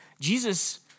Jesus